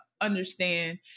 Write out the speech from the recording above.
understand